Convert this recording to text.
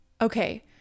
okay